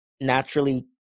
naturally